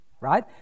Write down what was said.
right